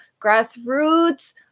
grassroots